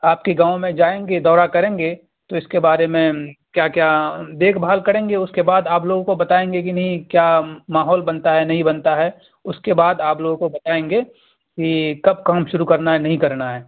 آپ کے گاؤں میں جائیں گے دورا کریں گے تو اس کے بارے میں کیا کیا دیکھ بھال کریں گے اس کے بعد آپ لوگوں کو بتائیں گے کہ نہیں کیا ماحول بنتا ہے نہیں بنتا ہے اس کے بعد آپ لوگوں کو بتائیں گے کہ کب کام شروع کرنا ہے نہیں کرنا ہے